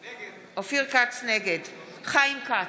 נגד חיים כץ,